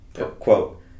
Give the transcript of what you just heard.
Quote